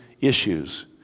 issues